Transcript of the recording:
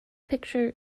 picture